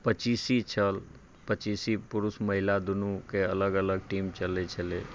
पचीसी छल पचीसी पुरुष महिला दूनूके अलग अलग टीम चलै छलै